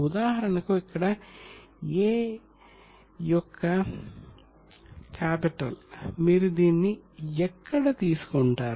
ఉదాహరణకు ఇక్కడ A యొక్క కాపిటల్ మీరు దీన్ని ఎక్కడ తీసుకుంటారు